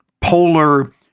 polar